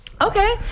Okay